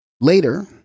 Later